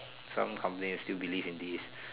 some company still believe in this